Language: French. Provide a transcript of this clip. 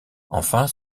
enfin